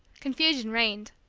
confusion reigned.